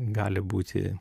gali būti